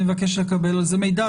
נבקש לקבל על זה מידע.